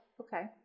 okay